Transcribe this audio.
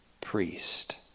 priest